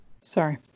Sorry